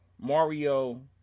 mario